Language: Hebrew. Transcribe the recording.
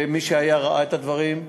מי שהיה ראה את הדברים,